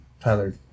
Tyler